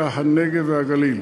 הפריפריה, הנגב והגליל.